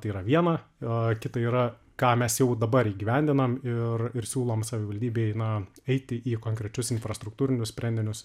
tai yra viena o kita yra ką mes jau dabar įgyvendinam ir ir siūlom savivaldybei na eiti į konkrečius infrastruktūrinius sprendinius